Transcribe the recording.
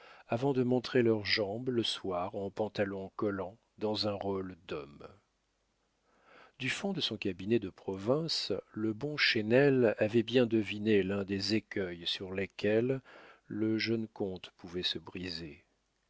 avant de montrer leurs jambes le soir en pantalon collant dans un rôle d'homme du fond de son cabinet de province le bon chesnel avait bien deviné l'un des écueils sur lesquels le jeune comte pouvait se briser